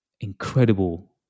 incredible